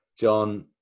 John